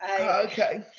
Okay